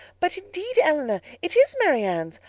but, indeed, elinor, it is marianne's.